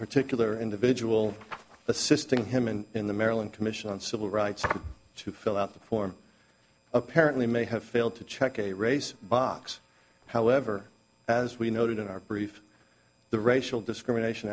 particular individual assisting him in in the maryland commission on civil rights to fill out the form apparently may have failed to check a race box however as we noted in our brief the racial discrimination